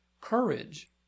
courage